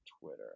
Twitter